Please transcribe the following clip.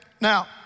now